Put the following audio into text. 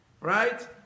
right